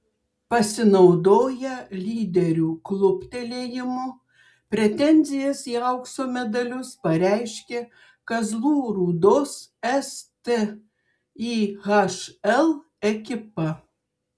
pasinaudoję lyderių kluptelėjimu pretenzijas į aukso medalius pareiškė kazlų rūdos stihl ekipa